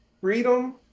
freedom